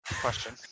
Question